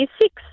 six